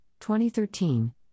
2013